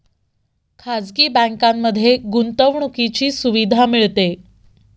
खाजगी बँकांमध्ये गुंतवणुकीची सुविधा मिळते